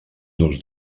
nos